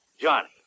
Johnny